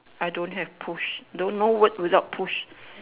I don't have push the no word without push